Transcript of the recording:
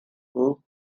who